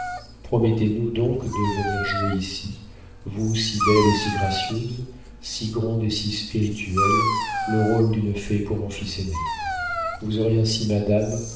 armand promettez nous donc de venir jouer ici vous si belle et si gracieuse si grande et si spirituelle le rôle d'une fée pour mon fils aîné vous aurez ainsi madame